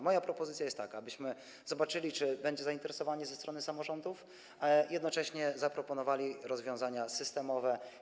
Moja propozycja jest taka, abyśmy zobaczyli, czy będzie zainteresowanie ze strony samorządów, i jednocześnie zaproponowali rozwiązania systemowe.